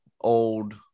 old